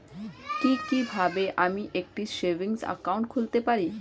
কি কিভাবে আমি একটি সেভিংস একাউন্ট খুলতে পারি?